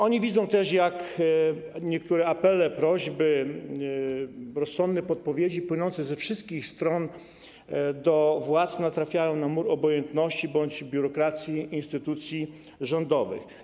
Oni widzą też, jak niektóre apele, prośby, rozsądne podpowiedzi płynące ze wszystkich stron do władz natrafiają na mur obojętności bądź biurokracji instytucji rządowych.